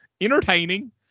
entertaining